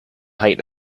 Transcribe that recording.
height